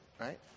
right